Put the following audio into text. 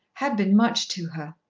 had been much to her.